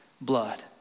blood